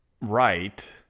right